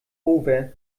over